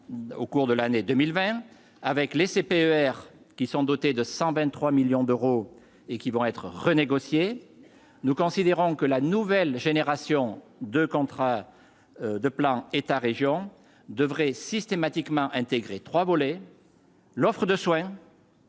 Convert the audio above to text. au cours de l'année 2020 avec les CPER qui sont dotés de 123 millions d'euros et qui vont être renégociés, nous considérons que la nouvelle génération de contrat de plan État-Région devrait systématiquement intégré 3 volets : l'offre de soins.